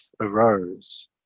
arose